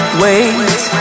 wait